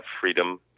freedom